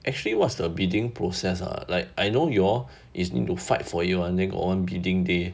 actually was the bidding process ah like I know y'all is need to fight for it [one] then got one bidding day